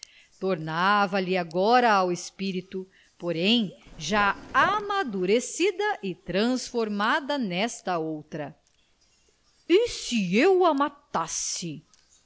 felicidade tornava lhe agora ao espírito porém já amadurecida e transformada nesta outra e se eu a matasse